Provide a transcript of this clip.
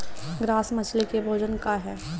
Grass मछली के भोजन का ह?